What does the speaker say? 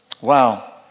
Wow